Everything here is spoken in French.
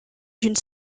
d’une